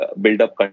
build-up